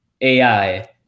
AI